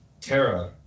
Tara